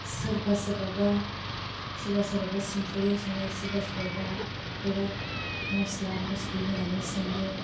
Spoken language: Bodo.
सोरबा सोरबाबा सोरबा सोरबाबा सिम्पुलैनो सङो सोरबा सोरबाबा बिराद मस्ला मस्लि होनानै सङो